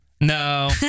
No